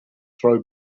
throw